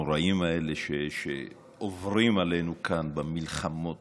הנוראים האלה שעוברים עלינו כאן במלחמות